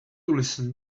listen